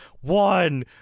One